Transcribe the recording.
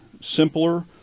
simpler